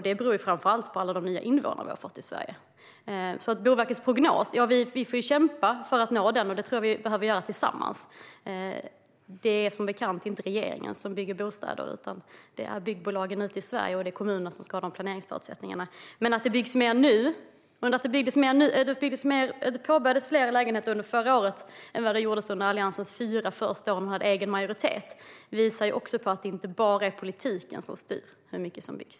Det beror framför allt på alla de nya invånare som har kommit till Sverige. Vi får kämpa för att nå upp till Boverkets prognos, och det behöver vi göra tillsammans. Det är, som bekant, inte regeringen som bygger bostäder utan det är byggbolagen i Sverige, och det är kommunerna som ska ha planeringsförutsättningarna. Det påbörjades fler lägenheter under förra året än vad det gjordes under Alliansens fyra första år när de hade egen majoritet. Det visar också på att det inte bara är politiken som styr hur mycket som byggs.